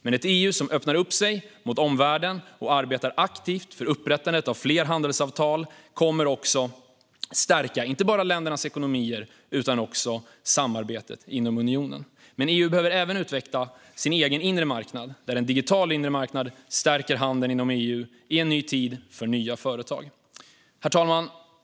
Men ett EU som öppnar sig mot omvärlden och arbetar aktivt för upprättandet av fler handelsavtal kommer att stärka inte bara ländernas ekonomier utan också samarbetet inom unionen. EU behöver dock även utveckla sin egen inre marknad, där en digital inre marknad stärker handeln inom EU i en ny tid, för nya företag. Herr talman!